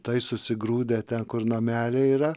tai susigrūdę ten kur nameliai yra